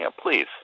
please